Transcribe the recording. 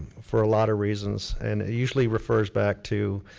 for a lot of reasons, and it usually refers back to,